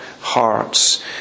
hearts